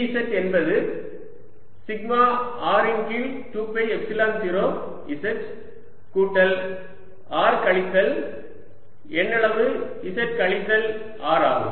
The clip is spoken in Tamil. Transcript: V z என்பது சிக்மா R இன் கீழ் 2 எப்சிலன் 0 z கூட்டல் R கழித்தல் எண்ணளவு z கழித்தல் R ஆகும்